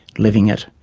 living it.